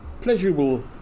pleasurable